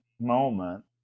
moment